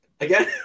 Again